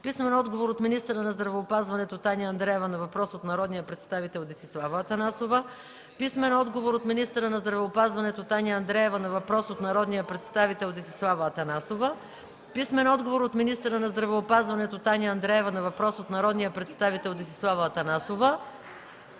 се! - от министъра на здравеопазването Таня Андреева на въпрос от народния представител Десислава Атанасова; - от министъра на здравеопазването Таня Андреева на въпрос от народния представител Десислава Атанасова; - от министъра на здравеопазването Таня Андреева на въпрос от народния представител Десислава Атанасова;